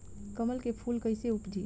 कमल के फूल कईसे उपजी?